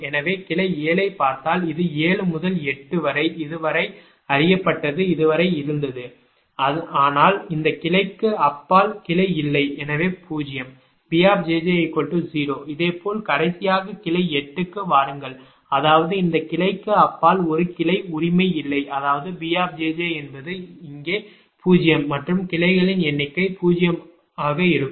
எனவே கிளை 7 ஐப் பார்த்தால் இது 7 முதல் 8 வரை இது வரை அறியப்பட்டது இது வரை இருந்தது ஆனால் இந்த கிளைக்கு அப்பால் கிளை இல்லை எனவே 0 B 0 இதேபோல் கடைசியாக கிளை 8 க்கு வாருங்கள் அதாவது இந்த கிளைக்கு அப்பால் ஒரு கிளை உரிமை இல்லை அதாவது B என்பது இங்கே 0 மற்றும் கிளைகளின் எண்ணிக்கை 0 ஆக இருக்கும்